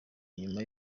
nyuma